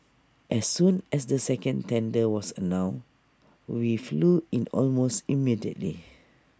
as soon as the second tender was announced we flew in almost immediately